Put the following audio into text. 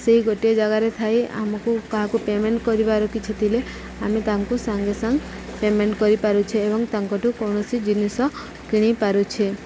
ସେଇ ଗୋଟିଏ ଜାଗାରେ ଥାଇ ଆମକୁ କାହାକୁ ପେମେଣ୍ଟ କରିବାର କିଛି ଥିଲେ ଆମେ ତାଙ୍କୁ ସାଙ୍ଗେ ସାଙ୍ଗେ ପେମେଣ୍ଟ କରିପାରୁଛେ ଏବଂ ତାଙ୍କଠୁ କୌଣସି ଜିନିଷ କିଣି ପାରୁଛେ